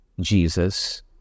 Jesus